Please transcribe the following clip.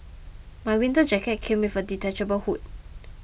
my winter jacket came with a detachable hood